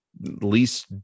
least